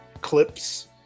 clips